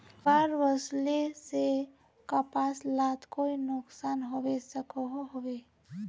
बाढ़ वस्ले से कपास लात कोई नुकसान होबे सकोहो होबे?